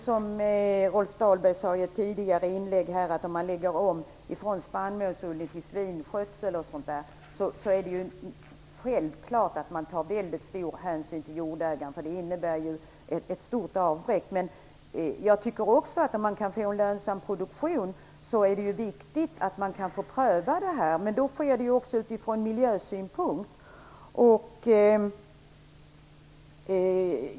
Som Rolf Dahlberg sade i ett tidigare inlägg är det självklart att man tar väldigt stor hänsyn till jordägaren om man lägger om från spannmålsodling till svinskötsel, eftersom det innebär ett stort avbräck. Om man kan få en lönsam produktion är det ändå viktigt att man kan få pröva, men då sker det också utifrån miljösynpunkt.